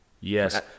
Yes